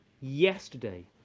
Yesterday